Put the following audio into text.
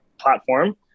platform